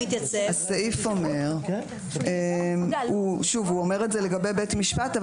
הסעיף אומר את זה לגבי בית משפט,